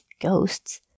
ghosts